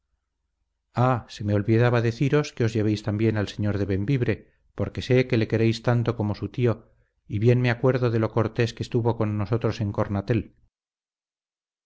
ah se me olvidaba deciros que os llevéis también al señor de bembibre porque sé que le queréis tanto como su tío y bien me acuerdo de lo cortés que estuvo con nosotros en cornatel